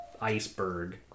iceberg